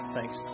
Thanks